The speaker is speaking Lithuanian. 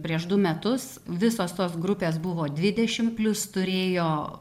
prieš du metus visos tos grupės buvo dvidešim plius turėjo